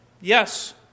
Yes